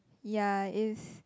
ya is